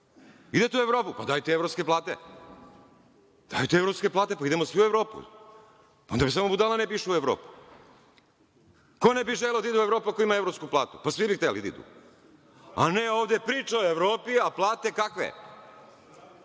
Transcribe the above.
Idete u Evropu? Pa dajte evropske plate, pa idemo svi u Evropu. Onda samo budala ne bi išao u Evropu. Ko ne bi želeo da ide u Evropu ako ima evropsku platu? Pa, svi bi hteli da idu. Ovde priča o Evropi, a plate kakve?